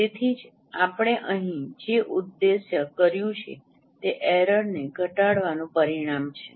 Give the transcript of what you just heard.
તેથી જ આપણે અહીં જે ઉદ્દેશ્ય કર્યું છે તે એરરને ઘટાડવાનું પરિણામ છે